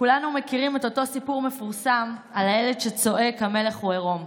כולנו מכירים את אותו סיפור מפורסם על הילד שצועק "המלך הוא עירום".